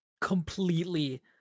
completely